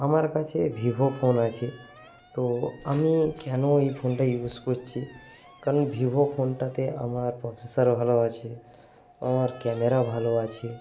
আমার কাছে Vivo phone আছে তো আমি কেন এই ফোনটা ইউস করছি কারণ ভিভো ফোনটাতে আমার প্রসেসার ভালো আছে আমার ক্যামেরা ভালো আছে